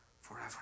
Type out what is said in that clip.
forever